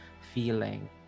feeling